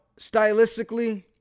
stylistically